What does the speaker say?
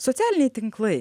socialiniai tinklai